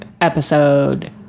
episode